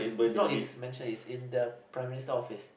it's not it's mansion it's in the Prime Minister Office